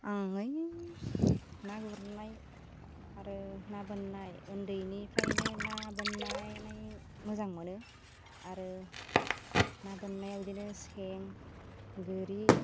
आं ओइ ना गुरनाय आरो ना बोन्नाय ओन्दैनिफ्रायनो ना बोन्नायनै मोजां मोनो आरो ना बोन्नायाव बिदिनो सें गोरि